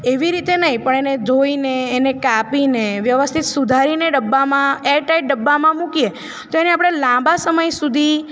એવી રીતે નહીં પણ એને ધોઈને એને કાપીને વ્યવસ્થિત સુધારીને ડબ્બામાં એરટાઈટ ડબ્બામાં મૂકીએ તો એને આપણે લાંબા સમય સુધી